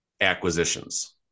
acquisitions